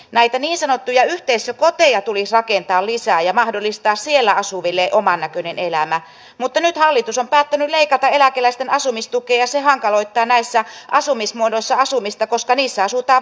näitä niin sanottuja yhteisökoteja tulisi rakentaa lisää ja mahdollistaa siellä asuville oman näköinen elämä mutta nyt hallitus on päättänyt leikata eläkeläisten asumistukea ja se hankaloittaa näissä asumismuodoissa asumista koska niissä asutaan vuokralla